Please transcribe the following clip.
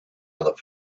other